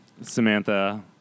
Samantha